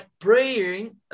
praying